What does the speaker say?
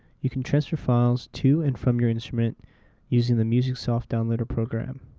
you can transfer files to and from your instrument using the musicsoft downloader program.